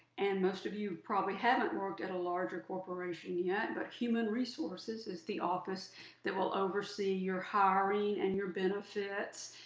and most of you probably haven't worked at a larger corporation yet, but human resources is the office that will oversee your hiring and your benefits.